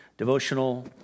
devotional